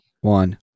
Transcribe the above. one